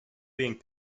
being